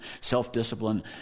self-discipline